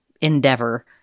endeavor